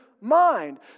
mind